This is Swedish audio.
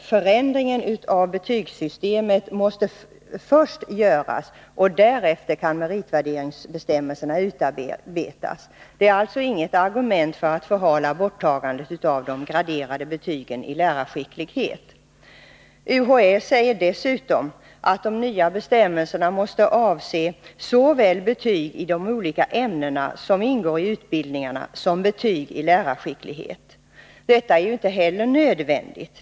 Förändringen av betygssystemet måste först göras, och därefter kan meritvärderingsbestämmelserna utarbetas. Detta är alltså inget argument för att förhala borttagandet av de graderade betygen i lärarskicklighet. UHÄ säger dessutom att de nya bestämmelserna måste avse såväl betyg i de olika ämnena som ingår i utbildningarna som betyg i lärarskicklighet. Detta är ju inte heller nödvändigt.